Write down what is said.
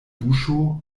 buŝo